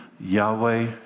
Yahweh